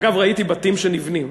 אגב, ראיתי בתים שנבנים.